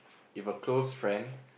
if a close friend